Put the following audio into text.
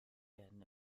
werden